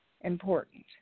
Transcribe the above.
important